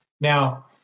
Now